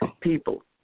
people